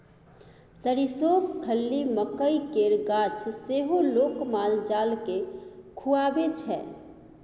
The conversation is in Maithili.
सरिसोक खल्ली, मकझ केर गाछ सेहो लोक माल जाल केँ खुआबै छै